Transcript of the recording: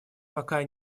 пока